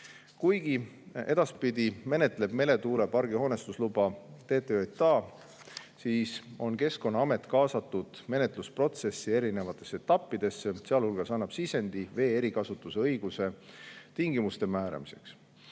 Kuigi edaspidi menetleb meretuulepargi hoonestusluba TTJA, on Keskkonnaamet kaasatud menetlusprotsessi erinevatesse etappidesse, andes sealhulgas sisendi vee erikasutusõiguse tingimuste määramiseks.